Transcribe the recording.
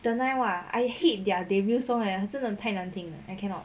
the nai !wah! I hate their debut song eh 真的太难听了 I cannot